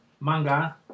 manga